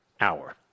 hour